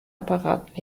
apparat